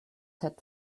set